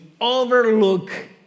overlook